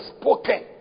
spoken